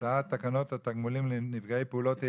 הצעת תקנות התגמולים לנפגעי פעולות איבה,